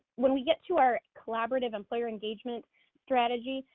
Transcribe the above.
when we get to our collaborative employer engagement strategy,